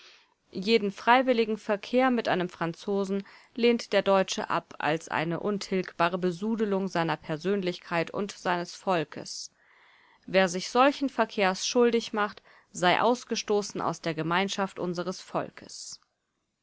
jeden freiwilligen verkehr mit einem franzosen lehnt der deutsche ab als eine untilgbare besudelung seiner persönlichkeit und seines volkes wer sich solchen verkehrs schuldig macht sei ausgestoßen aus der gemeinschaft unseres volkes